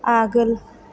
आगोल